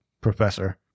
professor